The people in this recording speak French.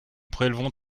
prélevons